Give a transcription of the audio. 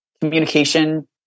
communication